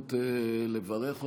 הזדמנות לברך אותך.